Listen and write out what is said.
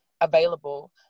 available